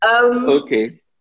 Okay